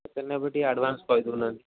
କେତେ ନେବେ ଟିକିଏ ଆଡ଼ଭାନ୍ସ୍ କହିଦେଉନାହାନ୍ତି